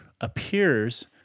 appears